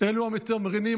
לוועדת הכנסת,